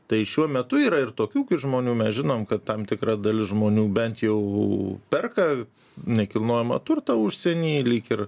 tai šiuo metu yra ir tokių gi žmonių mes žinom kad tam tikra dalis žmonių bent jau perka nekilnojamą turtą užsieny lyg ir